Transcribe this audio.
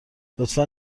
لطفا